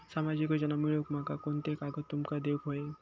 सामाजिक योजना मिलवूक माका कोनते कागद तुमका देऊक व्हये?